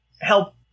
help